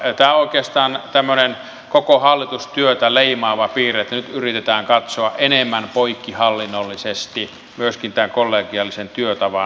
tämä on oikeastaan tämmöinen koko hallitustyötä leimaava piirre että nyt yritetään katsoa enemmän poikkihallinnollisesti myöskin tämän kollegiaalisen työtavan myötä